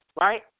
right